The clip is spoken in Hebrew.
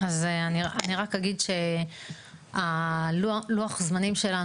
אז אני רק אגיד שלוח הזמנים שלנו,